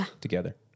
together